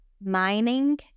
mining